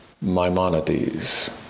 Maimonides